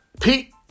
Pete